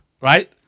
Right